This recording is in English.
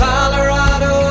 Colorado